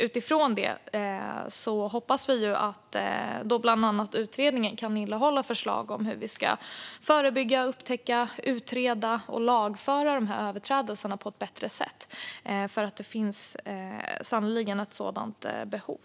Utifrån detta hoppas vi att bland annat utredningen kan innehålla förslag om hur vi ska förebygga, upptäcka, utreda och lagföra dessa överträdelser på ett bättre sätt, för det finns sannerligen ett sådant behov.